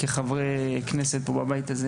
כחברי כנסת בבית הזה,